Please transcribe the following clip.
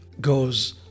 goes